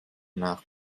nach